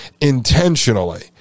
intentionally